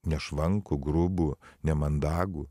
nešvankų grubų nemandagų